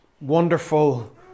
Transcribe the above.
wonderful